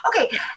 Okay